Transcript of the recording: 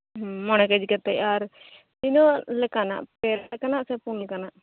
ᱢᱚᱬᱮ ᱠᱮᱡᱤ ᱠᱟᱛᱮᱜ ᱟᱨ ᱛᱤᱱᱟᱹᱜ ᱞᱮᱠᱟᱱᱟᱜ ᱯᱮ ᱞᱮᱠᱟᱱᱟᱜ ᱥᱮ ᱯᱩᱱ ᱞᱮᱠᱟᱱᱟᱜ